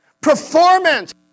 Performance